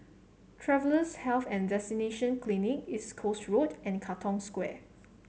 Travellers' Health and Vaccination Clinic East Coast Road and Katong Square